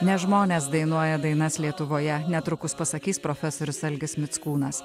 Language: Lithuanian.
ne žmonės dainuoja dainas lietuvoje netrukus pasakys profesorius algis mickūnas